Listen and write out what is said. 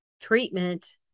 treatment